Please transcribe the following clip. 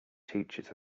teaches